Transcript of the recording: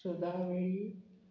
Suda Velip